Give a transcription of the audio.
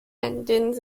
endings